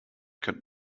könnte